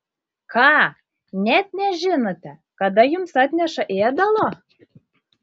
ką net nežinote kada jums atneša ėdalo